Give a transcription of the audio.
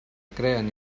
creen